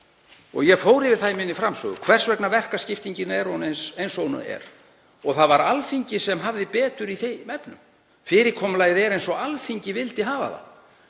Ég fór yfir það í framsögu minni hvers vegna verkaskiptingin er eins og hún er og það var Alþingi sem hafði betur í þeim efnum. Fyrirkomulagið er eins og Alþingi vildi hafa það.